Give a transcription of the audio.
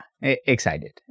excited